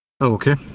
Okay